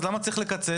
אז למה צריך לקצץ?